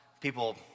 people